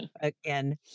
again